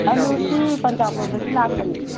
ꯑꯂꯨꯁꯤ ꯄꯟꯖꯥꯞꯂꯣꯝꯗꯒꯤ ꯂꯥꯛꯄꯅꯦ